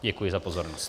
Děkuji za pozornost.